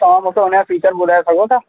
तव्हां मूंखे उनजा फ़ीचर ॿुधाए सघो था